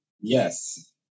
Yes